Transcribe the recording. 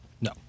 No